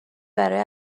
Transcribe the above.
برای